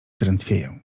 drętwieję